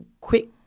Quick